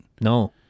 No